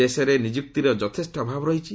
ଦେଶରେ ନିଯୁକ୍ତିର ଯଥେଷ୍ଟ ଅଭାବ ରହିଛି